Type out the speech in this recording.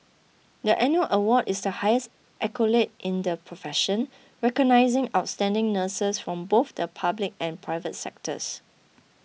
the annual award is the highest accolade in the profession recognising outstanding nurses from both the public and private sectors